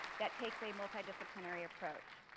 that takes a multi disciplinary approach.